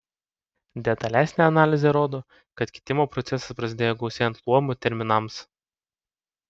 detalesnė analizė rodo kad kitimo procesas prasidėjo gausėjant luomų terminams